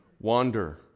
Wander